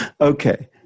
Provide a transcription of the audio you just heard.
okay